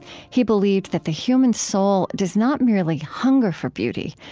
he believed that the human soul does not merely hunger for beauty,